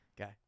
Okay